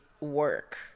work